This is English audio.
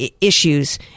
issues